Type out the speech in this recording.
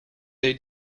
they